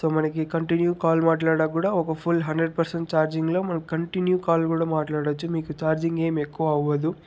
so మనకి continue call మాట్లాడినా కూడా ఒక ఫుల్ హండ్రెడ్ పర్సెంట్ ఛార్జింగ్లో మనం కంటిన్యూ కాల్ కూడా మాట్లాడవచ్చు మీకు ఛార్జింగ్ ఏమి ఎక్కువ అవ్వదు